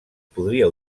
podria